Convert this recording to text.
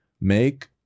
make